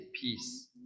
peace